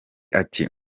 ati